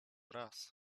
raz